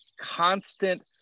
constant